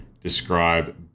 describe